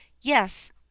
Yes